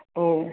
एवं